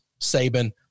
Saban